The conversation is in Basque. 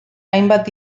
hainbat